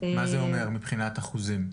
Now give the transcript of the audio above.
מה זה אומר מבחינת אחוזים?